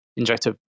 Injective